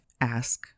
ask